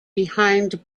behind